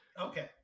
Okay